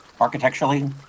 architecturally